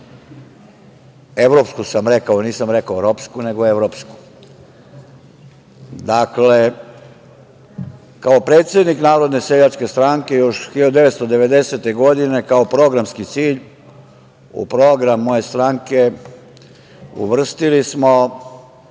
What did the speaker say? evropsku, nisam rekao ropsku, nego evropsku. Dakle, kao predsednik Narodne seljačke stranke još 1990. godine kao programski cilj u program moje stranke uvrstili smo